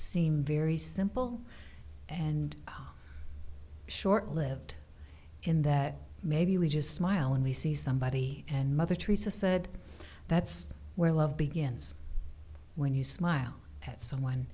seem very simple and short lived in that maybe we just smile and we see somebody and mother teresa said that's where love begins when you smile at someone